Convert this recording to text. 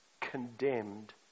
condemned